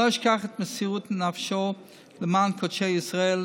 לא אשכח את מסירות נפשו למען קודשי ישראל,